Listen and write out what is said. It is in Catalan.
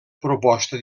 proposta